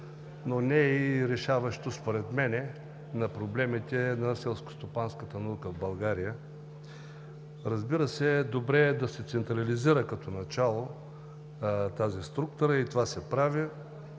мен не е решаващо проблемите на селскостопанската наука в България. Разбира се, добре е да се централизира като начало тази структура и това се прави